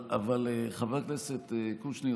אבל חבר הכנסת קושניר,